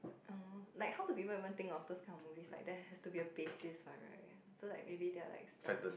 oh like how do people even think on those kind of movies is like there has to be a basic one right so like maybe they're like starting